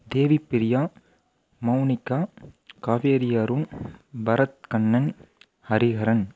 Devipriya Mounika காவேரிஅருண் பரத்கண்ணன் Hariharan